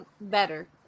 better